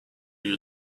you